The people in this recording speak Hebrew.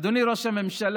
אדוני ראש הממשלה,